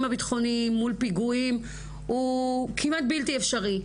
הביטחוניים מול פיגועים הוא כמעט בלתי אפשרי,